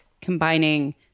combining